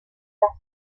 las